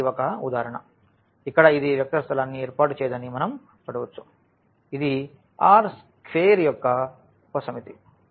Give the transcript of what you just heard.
కాబట్టి ఇది ఒక ఉదాహరణ ఇక్కడ ఇది వెక్టర్ స్థలాన్ని ఏర్పాటు చేయదని మనం చూడవచ్చు ఇది ఈ R స్క్వేర్ యొక్క ఉపసమితి